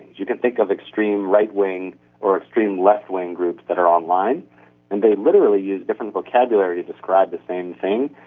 you can think of extreme right-wing or extreme left-wing groups that are online and they literally use different vocabularies to describe the same thing.